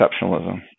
exceptionalism